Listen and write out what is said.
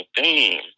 theme